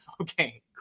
Okay